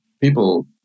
people